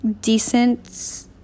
decent